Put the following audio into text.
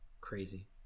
crazy